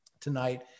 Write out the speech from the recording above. tonight